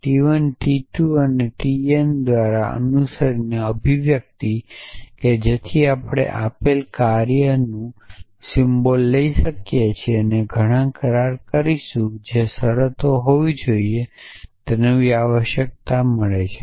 T 1 T 2 TN દ્વારા અનુસરીને અભિવ્યક્તિ તેથી આપણે આપેલ ઉમદાના કાર્યનું સિમ્બોલ લઈ શકીએ છીએ પછી ઘણા કરાર કરીશું જે શરતો હોવા જોઈએ અને તેમને નવી આવશ્યકતા મળે છે